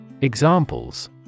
Examples